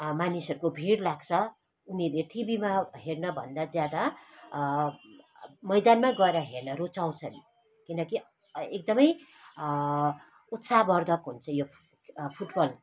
मानिसहरूको भिड लाग्छ उनीहरूले टिभीमा हेर्नभन्दा ज्यादा मैदानमा गएर हेर्न रुचाउँछन् किनकि एकदमै उत्साहवर्धक हुन्छ यो फुटबल